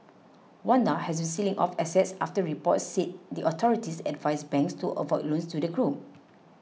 Wanda has been selling off assets after reports said the authorities advised banks to avoid loans to the group